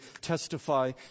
testify